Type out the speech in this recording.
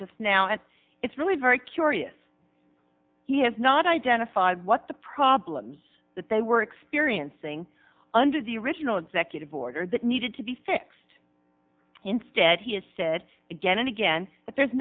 just now and it's really very curious he has not identified what the problems that they were experiencing under the original executive order that needed to be fixed in said he has said again and again that there's